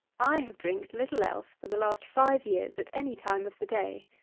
i have drinked little else for the last five years, at any time of the day.